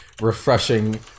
refreshing